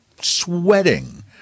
sweating